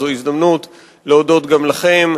זו הזדמנות להודות גם לכם,